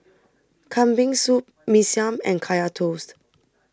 Kambing Soup Mee Siam and Kaya Toast